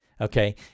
Okay